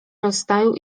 rozstaju